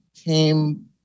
came